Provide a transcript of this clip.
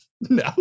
no